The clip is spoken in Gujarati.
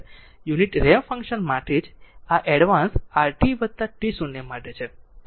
યુનિટ રેમ્પ ફંક્શન માટે જ આ એડવાન્સ્ડ rt t0 માટે છે